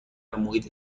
محیط